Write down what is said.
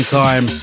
time